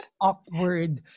awkward